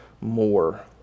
more